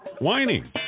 whining